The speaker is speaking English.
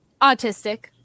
autistic